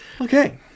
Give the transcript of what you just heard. okay